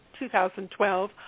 2012